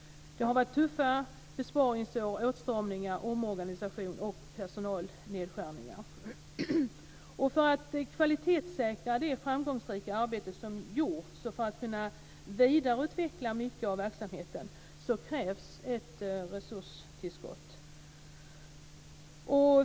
Det har varit tuffa besparingsår med åtstramningar, omorganisationer och personalnedskärningar. För att kvalitetssäkra det framgångsrika arbete som gjorts och kunna vidareutveckla mycket av verksamheten krävs ett resurstillskott.